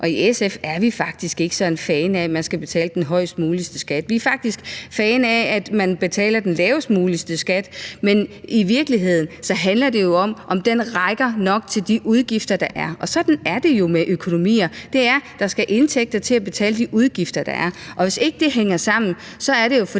ikke sådan fan af, at man skal betale den højst mulige skat. Vi er faktisk fan af, at man betaler den lavest mulige skat. Men i virkeligheden handler det om, om den rækker nok til de udgifter, der er, og sådan er det jo med økonomier. Der skal indtægter til at betale de udgifter, der er, og hvis det ikke hænger sammen, er det jo,